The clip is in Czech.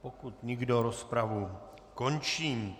Pokud nikdo, rozpravu končím.